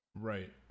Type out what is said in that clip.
right